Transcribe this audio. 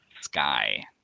sky